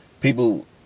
people